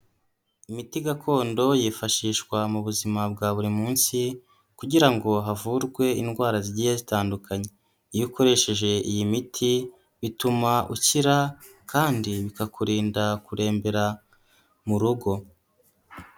Imiti gakondo yifashishwa mu buzima bwa buri munsi kugira ngo havurwe indwara zigiye zitandukanye, iyo ukoresheje iyi miti bituma ukira kandi bikakurinda kurembera mu rugo.